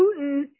putin